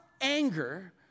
anger